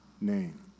name